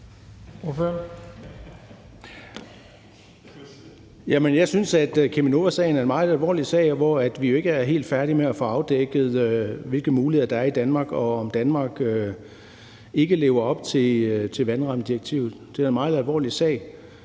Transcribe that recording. jeg synes, at Cheminovasagen er en meget alvorlig sag, hvor vi jo ikke er helt færdige med at få afdækket, hvilke muligheder der er i Danmark, og om Danmark ikke lever op til vandrammedirektivet. Det er en meget alvorlig sag.